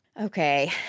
okay